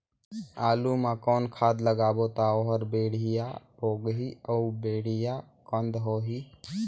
आलू मा कौन खाद लगाबो ता ओहार बेडिया भोगही अउ बेडिया कन्द होही?